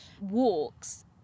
walks